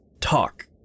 talk